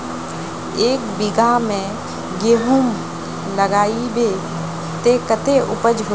एक बिगहा में गेहूम लगाइबे ते कते उपज होते?